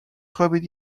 خوابید